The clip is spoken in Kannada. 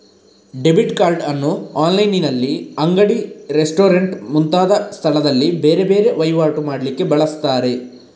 ಡೆಬಿಟ್ ಕಾರ್ಡ್ ಅನ್ನು ಆನ್ಲೈನಿನಲ್ಲಿ, ಅಂಗಡಿ, ರೆಸ್ಟೋರೆಂಟ್ ಮುಂತಾದ ಸ್ಥಳದಲ್ಲಿ ಬೇರೆ ಬೇರೆ ವೈವಾಟು ಮಾಡ್ಲಿಕ್ಕೆ ಬಳಸ್ತಾರೆ